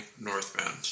northbound